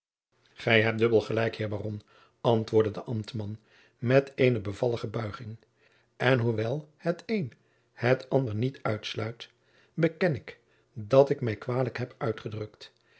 gij hebt dubbel gelijk heer baron antwoordde de ambtman met eene bevallige buiging en hoewel het een het ander niet uitsluit beken ik dat ik mij kwalijk heb uitgedrukt